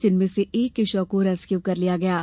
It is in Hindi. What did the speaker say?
जिनमें से एक के शव को रेस्क्यू कर लिया गया है